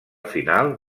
final